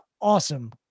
awesome